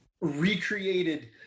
recreated